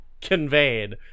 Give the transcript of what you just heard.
conveyed